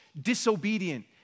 disobedient